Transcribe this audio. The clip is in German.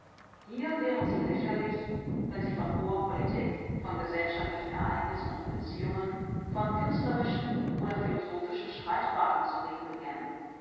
hier wären sie lächerlich wenn sie von hoher politik von gesellschaftlichen ereignissen und beziehungen von künstlerischen oder philosophischen streitfragen zu reden begännen